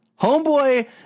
Homeboy